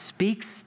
speaks